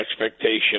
expectation